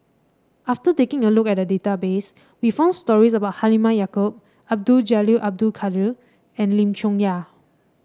after taking a look at the database we found stories about Halimah Yacob Abdul Jalil Abdul Kadir and Lim Chong Yah